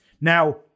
Now